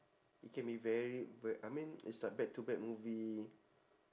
it can be very ba~ I mean it's like back to back movie